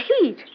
heat